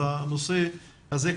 אז הנושא הזה,